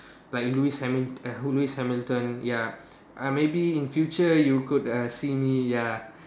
like Lewis-Hamin eh Lewis-Hamilton ya uh maybe in future you could uh see me ya